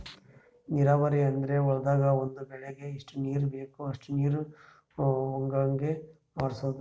ನೀರಾವರಿ ಅಂದ್ರ ಹೊಲ್ದಾಗ್ ಒಂದ್ ಬೆಳಿಗ್ ಎಷ್ಟ್ ನೀರ್ ಬೇಕ್ ಅಷ್ಟೇ ನೀರ ಹೊಗಾಂಗ್ ಮಾಡ್ಸೋದು